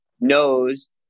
knows